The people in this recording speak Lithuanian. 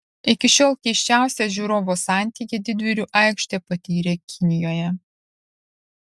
iki šiol keisčiausią žiūrovo santykį didvyrių aikštė patyrė kinijoje